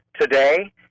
today